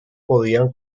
podían